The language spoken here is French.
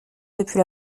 depuis